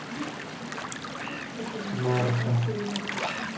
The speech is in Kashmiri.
ماروٗفہ